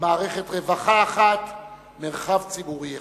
מערכת רווחה אחת, מרחב ציבורי אחד.